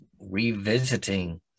revisiting